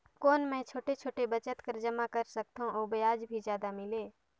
कौन मै छोटे छोटे बचत कर जमा कर सकथव अउ ब्याज भी जादा मिले?